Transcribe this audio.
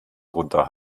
drunter